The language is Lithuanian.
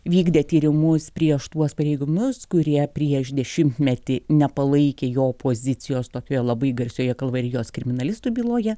vykdė tyrimus prieš tuos pareigūnus kurie prieš dešimtmetį nepalaikė jo pozicijos tokioje labai garsioje kalvarijos kriminalistų byloje